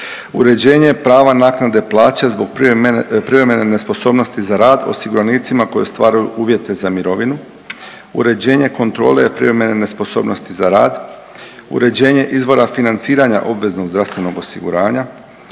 uređenje prava naknade plaća zbog privremene nesposobnosti za rad osiguranicima koji ostvaruju uvjete za mirovinu, uređenje kontrole privremene nesposobnosti za rad, uređenje izvora financiranja obveznog zdravstvenog osiguranja,